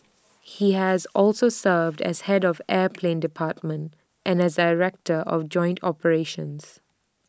he has also served as Head of air plan department and as director of joint operations